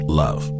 love